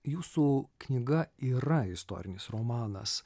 jūsų knyga yra istorinis romanas